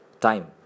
Time